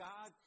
God